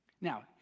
Now